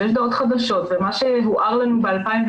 ראית,